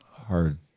hard